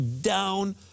down